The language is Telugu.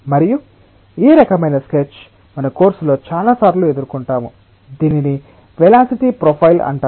మరియు ఈ రకమైన స్కెచ్ మన కోర్సులో చాలాసార్లు ఎదుర్కొంటాము దీనిని వెలాసిటి ప్రొఫైల్ అంటారు